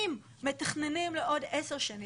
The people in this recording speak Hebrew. אם מתכננים לעוד עשר שנים,